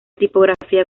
tipografía